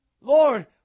Lord